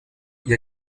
ihr